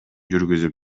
жүргүзүп